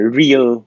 real